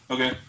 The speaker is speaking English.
Okay